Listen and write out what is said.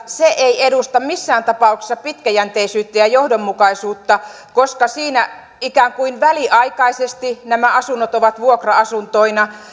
se ei edusta missään tapauksessa pitkäjänteisyyttä ja johdonmukaisuutta koska siinä ikään kuin väliaikaisesti nämä asunnot ovat vuokra asuntoina